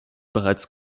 bereits